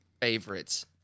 favorites